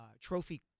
trophy